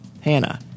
Hannah